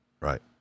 Right